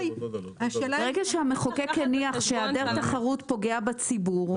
ברגע שהמחוקק הניח שהיעדר התחרות פוגע בציבור,